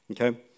Okay